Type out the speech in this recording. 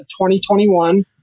2021